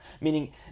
meaning